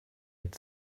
had